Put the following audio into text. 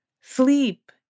Sleep